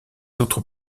autres